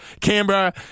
Canberra